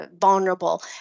vulnerable